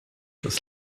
das